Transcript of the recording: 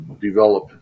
develop